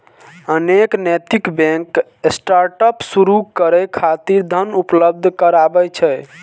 अनेक नैतिक bank startup शुरू करै खातिर धन उपलब्ध कराबै छै